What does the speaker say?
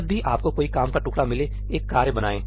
जब भी आपको कोई काम का टुकड़ा मिलेएक कार्य बनाएँ